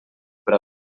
per